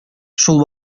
шул